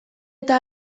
eta